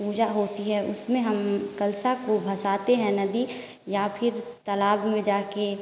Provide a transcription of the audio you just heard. पूजा होती है उसमें हम कलसा को भसातें हैं नदी या फिर तालाब में जा के